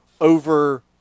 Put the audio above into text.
over